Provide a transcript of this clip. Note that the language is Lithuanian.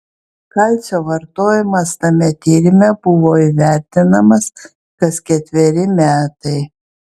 kalcio vartojimas tame tyrime buvo įvertinamas kas ketveri metai